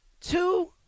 two